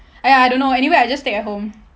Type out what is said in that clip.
!aiya! I don't know anyway I just take at home